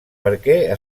perquè